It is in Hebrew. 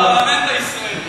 אתה חבר בפרלמנט הישראלי.